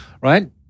right